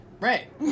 Right